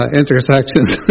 intersections